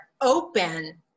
open